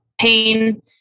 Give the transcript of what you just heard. pain